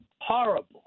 horrible